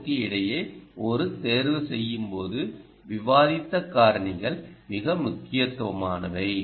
ஓக்கு இடையே ஒரு தேர்வு செய்யும் போது விவாதித்த காரணிகள் மிக முக்கியத்துவமானவை